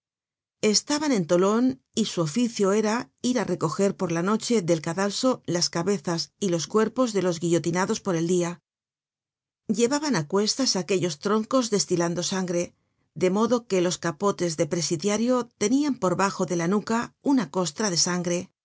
estaban en tolon y su oficio era ir á recoger por la noche del cadalso las cabezas y los cuerpos de los guillotinados por el dia llevaban á cuestas aquellos troncos destilando sangre de modo que los capotes de presidiario tenian por bajo de la nuca una costra de sangre